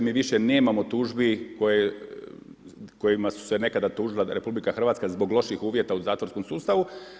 Mi više nemamo tužbi kojima se nekada tužila RH zbog loših uvjeta u zatvorskom sustavu.